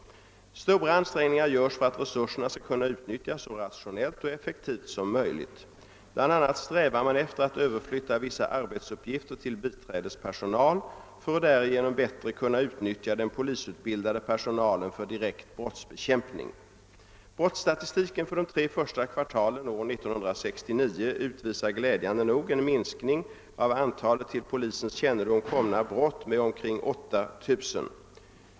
Stora ansträngningar görs för att resurserna skall kunna utnyttjas så rationellt och effektivt som möjligt. Bl. a. strävar man efter att överflytta vissa arbetsuppgif: ter till biträdespersonal för att därigenom bättre kunna utnyttja den polisutbildade personalen för direkt brottsbekämpning. Brottsstatistiken för de tre första kvartalen år 1969 utvisar glädjande nog en minskning av antalet till polisens kännedom komna brott med omkring 8 000.